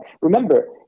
Remember